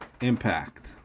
Impact